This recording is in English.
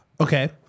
Okay